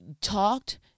talked